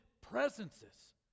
presences